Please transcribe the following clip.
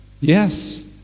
Yes